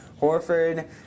Horford